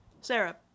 Sarah